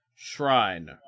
Shrine